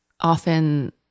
often